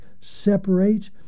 separate